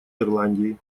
ирландии